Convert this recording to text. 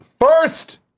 First